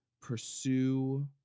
pursue